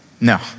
No